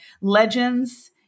legends